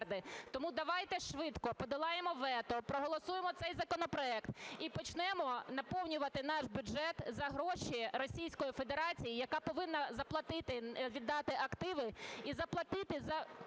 Тому давайте швидко подолаємо вето, проголосуємо цей законопроект і почнемо наповнювати наш бюджет за гроші Російської Федерації, яка повинна заплатити, віддати активи і заплатити за